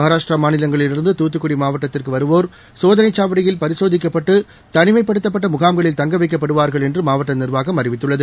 மகாராஷ்டிரா மாநிலங்களில் இருந்து துத்துக்குடி மாவட்டத்திற்கு வருவோ் சோதனைச்சாவடியில் பரிசோதிக்கப்பட்டு தனிமைப்படுத்தப்பட்ட முகாம்களில் தங்க வைக்கப்படுவார்கள் என்று மாவட்ட நிர்வாகம் அறிவித்துள்ளது